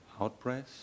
outbreath